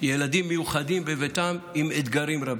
ילדים מיוחדים בביתן, עם אתגרים רבים.